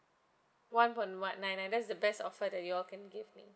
one point one nine nine that's the best offer that you all can give me